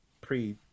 pre